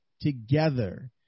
together